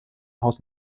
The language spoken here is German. haus